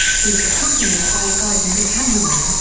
he was accompanied by a guide and a cameraman,